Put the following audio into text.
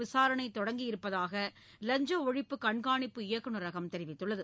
விசாரணை தொடங்கியிருப்பதாக லஞ்ச ஒழிப்பு கண்காணிப்பு இயக்குனரகம் தெரிவித்துள்ளது